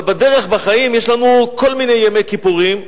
אבל בדרך, בחיים, יש לנו כל מיני ימי כיפורים,